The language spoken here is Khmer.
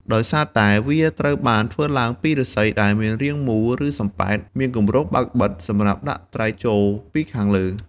ដោយសារតែ វាត្រូវបានធ្វើឡើងពីឫស្សីដែលមានរាងមូល ឬសំប៉ែត មានគម្រប់បើកបិទ សម្រាប់ដាក់ត្រីចូលពីខាងលើ។